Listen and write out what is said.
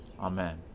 Amen